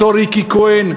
אותה ריקי כהן,